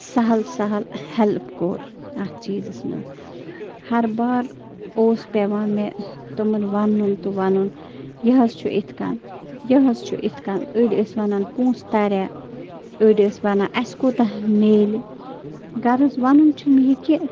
سہل سہل ہٮ۪لٕپ کوٚر اَتھ چیٖزَس منٛز ہَر بار اوس پٮ۪وان مےٚ تِمَن وَنُن تہٕ وَنُن یہِ حظ چھُ یِتھ کٔنۍ یہِ حظ چھُ یِتھ کٔنۍ أڑۍ ٲسۍ وَنان پونٛسہٕ تریٛا أڑۍ ٲسۍ وَنان اَسہِ کوتاہ میلہِ غرض وَنُن چھُم یہِ کہِ